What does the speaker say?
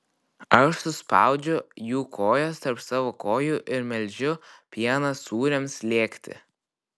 aš suspaudžiu jų kojas tarp savo kojų ir melžiu pieną sūriams slėgti